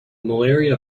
malaria